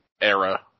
era